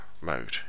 mode